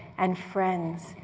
and friends,